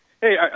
hey